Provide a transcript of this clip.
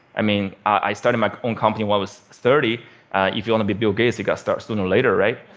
i mean, i started my own company when i was thirty if you want to be bill gates, you've got to start sooner or later, right?